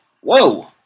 Whoa